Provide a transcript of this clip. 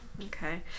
Okay